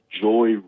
Joy